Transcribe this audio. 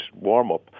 warm-up